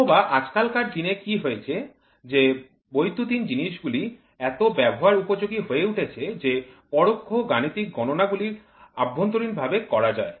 অথবা আজকালকার দিনে কি হয়েছে যে বৈদ্যুতিন জিনিসগুলি এত ব্যবহার উপযোগী হয়ে উঠেছে সে পরোক্ষ গাণিতিক গণনা গুলি আভ্যন্তরীণ ভাবে করা যায়